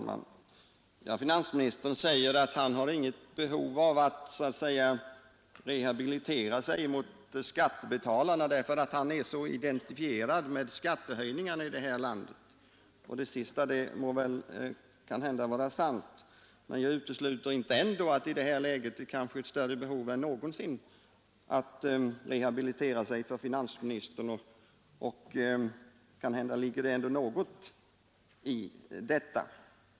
Herr talman! Finansministern säger att han inte har något behov av att rehabilitera sig mot skattebetalarna därför att han är så identifierad med de skattehöjningar som skett under årens lopp. Detta är måhända sant, men jag utesluter ändå inte att hans behov av att rehabilitera sig som finansminister i detta läge är större än någonsin.